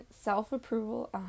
self-approval